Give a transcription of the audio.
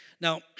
Now